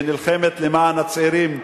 שנלחמת למען הצעירים,